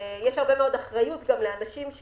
יש הרבה מאוד אחריות לאנשים,